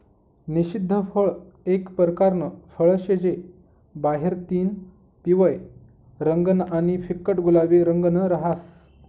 निषिद्ध फळ एक परकारनं फळ शे जे बाहेरतीन पिवयं रंगनं आणि फिक्कट गुलाबी रंगनं रहास